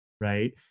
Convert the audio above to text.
right